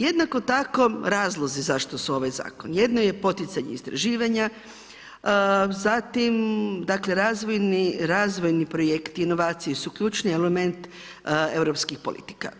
Jednako tako razlozi zašto su ovaj zakon, jedno je poticanje istraživanje, zatim razvojni projekti i inovacije su ključni element europskih politika.